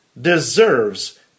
deserves